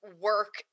work